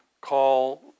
call